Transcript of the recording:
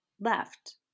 left